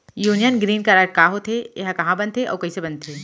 Union green card का होथे, एहा कहाँ बनथे अऊ कइसे बनथे?